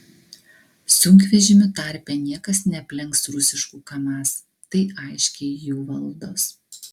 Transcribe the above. sunkvežimių tarpe niekas neaplenks rusiškų kamaz tai aiškiai jų valdos